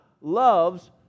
loves